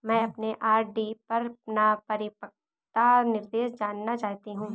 मैं अपने आर.डी पर अपना परिपक्वता निर्देश जानना चाहती हूँ